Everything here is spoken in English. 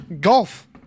Golf